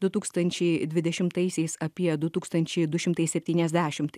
du tūkstančiai dvidešimtaisiais apie du tūkstančiai du šimtai septyniasdešimt